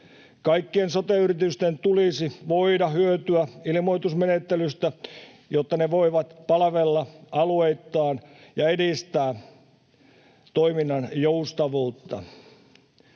Kaikkien sote-yritysten tulisi voida hyötyä ilmoitusmenettelystä, jotta ne voivat palvella aluettaan ja edistää toiminnan joustavuutta.